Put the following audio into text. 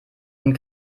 und